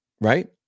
right